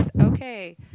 okay